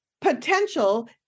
potential